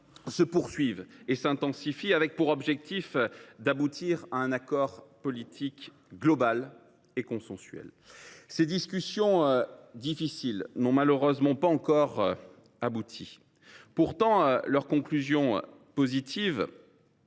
se poursuivent et s’intensifient avec pour objectif d’aboutir à un accord politique global et consensuel. Ces discussions, difficiles, n’ont malheureusement pas encore abouti. Pourtant, leur conclusion positive